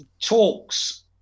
talks